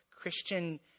Christian